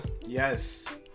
Yes